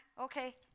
okay